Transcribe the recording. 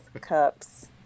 cups